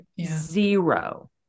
zero